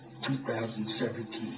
2017